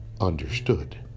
understood